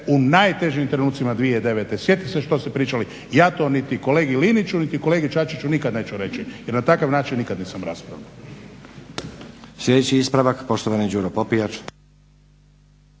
u najtežim trenucima 2009. Sjetite se što ste pričali. Ja to niti kolegi Liniću, niti kolegi Čačiću nikad neću reći jer na takav način nisam raspravljao.